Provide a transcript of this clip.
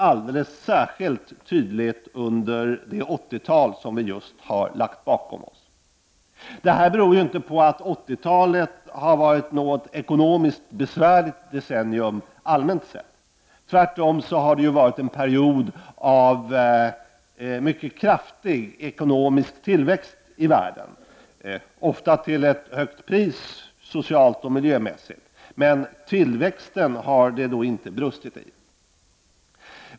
Under det 80 tal som vi har lagt bakom oss har detta visat sig alldeles särskilt tydligt. Det beror inte på att 80-talet har varit ett ekonomiskt besvärligt decennium allmänt sett. Tvärtom har det varit en period av mycket kraftig ekonomisk tillväxt i världen, ofta till ett mycket högt pris socialt och miljömässigt. Men i tillväxthänseende har det inte brustit.